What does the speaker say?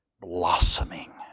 blossoming